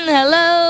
Hello